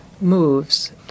moves